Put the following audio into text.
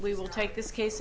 we will take this case